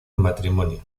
matrimonio